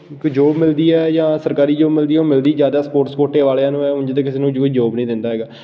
ਕੋਈ ਜੋਬ ਮਿਲਦੀ ਹੈ ਜਾਂ ਸਰਕਾਰੀ ਜੋਬ ਮਿਲਦੀ ਹੈ ਮਿਲਦੀ ਜ਼ਿਆਦਾ ਸਪੋਰਟਸ ਕੋਟੇ ਵਾਲਿਆ ਨੂੰ ਹੈ ਉਂਝ ਤਾਂ ਕੋਈ ਕਿਸੇ ਨੂੰ ਕੋਈ ਜੋਬ ਨਹੀ ਦਿੰਦਾ ਹੈਗਾ